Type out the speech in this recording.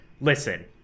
listen